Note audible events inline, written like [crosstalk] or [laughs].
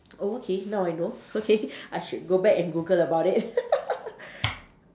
oh okay now I know okay [laughs] I should go back and Google about it [laughs] [noise]